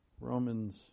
Romans